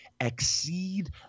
exceed